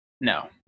No